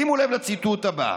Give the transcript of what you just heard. שימו לב לציטוט הבא: